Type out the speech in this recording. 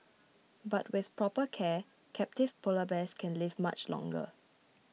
but with proper care captive Polar Bears can live much longer